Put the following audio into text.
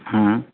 ହଁ